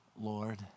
Lord